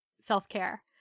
self-care